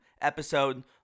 episode